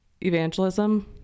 evangelism